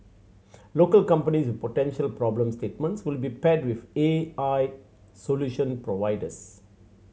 local companies with potential problem statements will be paired with A I solution providers